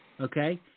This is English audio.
Okay